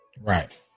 Right